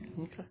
okay